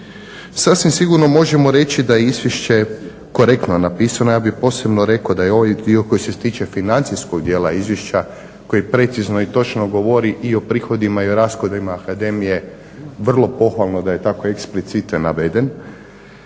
Sasvim sigurno možemo reći da je Izvješće korektno napisano. Ja bih posebno rekao da ovaj dio koji se tiče financijskog dijela Izvješća koji precizno i točno govori i o prihodima i o rashodima Akademije vrlo pohvalno da je tako eksplicito naveden.